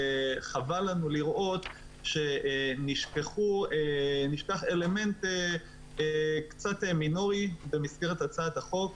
חבל לנו לראות שנשכח אלמנט קצת מינורי במסגרת הצעת החוק,